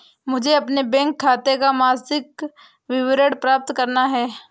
मुझे अपने बैंक खाते का मासिक विवरण प्राप्त करना है?